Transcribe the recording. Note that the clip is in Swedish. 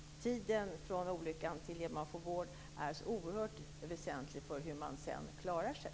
Tiden från olyckan fram till dess man får vård är ju så väsentlig för hur man sedan klarar sig.